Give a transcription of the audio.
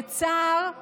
בצער,